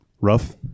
rough